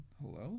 Hello